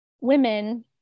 women